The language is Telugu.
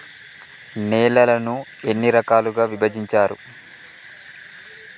నేలలను ఎన్ని రకాలుగా విభజించారు?